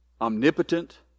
Omnipotent